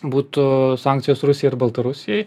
būtų sankcijos rusijai ir baltarusijai